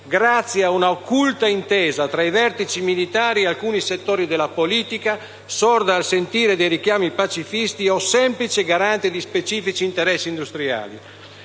grazie a una occulta intesa tra i vertici militari e alcuni settori della politica, sorda al sentire dei richiami pacifisti o semplice garante di specifici interessi industriali.